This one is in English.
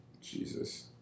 Jesus